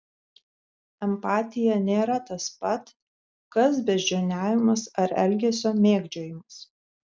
empatija nėra tas pat kas beždžioniavimas ar elgesio mėgdžiojimas